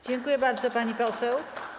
Dziękuję bardzo, pani poseł.